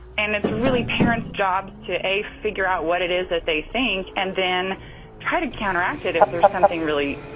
and it's really parents' job to, a, figure out what it is that they think and then try to counteract it if there's something really,